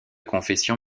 confession